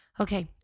Okay